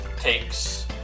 takes